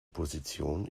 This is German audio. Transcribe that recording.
position